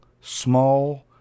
small